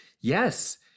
Yes